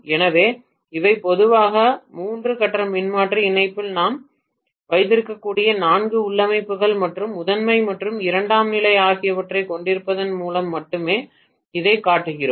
எனவே இவை பொதுவாக மூன்று கட்ட மின்மாற்றி இணைப்பில் நாம் வைத்திருக்கக்கூடிய நான்கு உள்ளமைவுகள் மற்றும் முதன்மை மற்றும் இரண்டாம் நிலை ஆகியவற்றைக் கொண்டிருப்பதன் மூலம் மட்டுமே இதைக் காட்டுகிறேன்